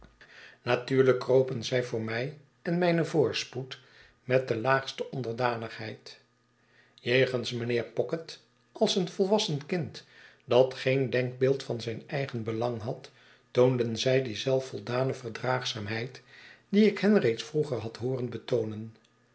natuurlijk kropen zij voor mij en mijn voorspoed met de laagste onderdanigheid jegens mijnheer pocket als een volwassen kind dat geen denkbeeld van zijn eigen belang had toonden zij die zelfvoldane verdraagzaamheid die ik hen reeds vroeger had hooren betoonen